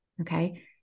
Okay